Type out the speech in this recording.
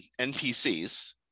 NPCs